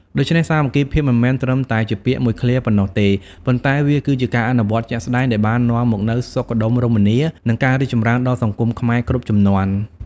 ដូច្នេះ សាមគ្គីភាពមិនមែនត្រឹមតែជាពាក្យមួយឃ្លាប៉ុណ្ណោះទេ ប៉ុន្តែវាគឺជាការអនុវត្តជាក់ស្តែងដែលបាននាំមកនូវសុខដុមរមនា និងការរីកចម្រើនដល់សង្គមខ្មែរគ្រប់ជំនាន់។